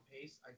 pace